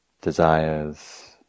desires